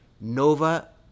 Nova